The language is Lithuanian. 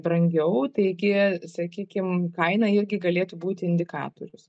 brangiau taigi sakykim kaina irgi galėtų būti indikatorius